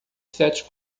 sete